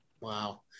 Wow